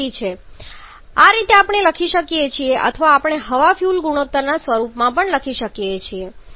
તેથી આ રીતે આપણે લખી શકીએ છીએ અથવા આપણે હવા ફ્યુઅલ ગુણોત્તરના સ્વરૂપમાં પણ લખી શકીએ છીએ